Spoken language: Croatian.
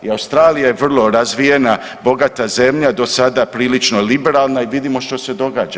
I Australija je vrlo razvijena, bogata zemlje do sada prilično liberalna i vidimo što se događa.